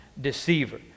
Deceiver